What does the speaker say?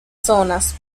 zonas